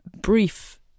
brief